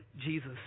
Jesus